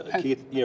Keith